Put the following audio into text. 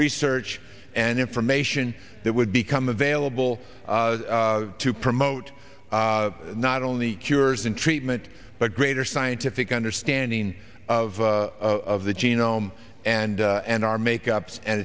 research and information that would become available to promote not only cures and treatment but greater scientific understanding of the genome and and our makeups and